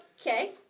Okay